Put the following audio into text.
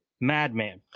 Madman